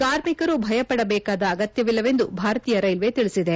ಕಾರ್ಮಿಕರು ಭಯ ಪಡಬೇಕಾದ ಅಗತ್ಯವಿಲ್ಲವೆಂದು ಭಾರತೀಯ ರೈಲ್ವೇ ತಿಳಿಸಿದೆ